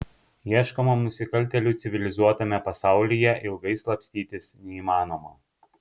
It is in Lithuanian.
ieškomam nusikaltėliui civilizuotame pasaulyje ilgai slapstytis neįmanoma